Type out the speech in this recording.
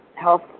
health